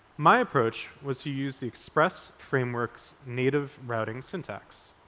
my approach was to use the express framework's native routing syntax.